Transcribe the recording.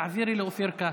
תעבירי לאופיר כץ.